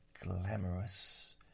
glamorous